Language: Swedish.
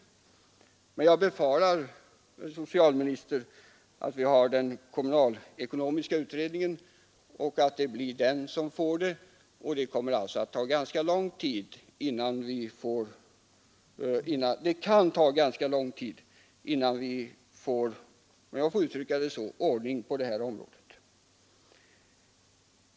Men jag befarar, herr socialminister, att det blir den kommunalekonomiska utredningen som får hand om denna fråga och att det kan komma att ta ganska lång tid innan vi får ”ordning” på det här området.